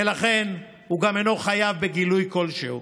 ולכן הוא גם אינו חייב בגילוי כלשהו.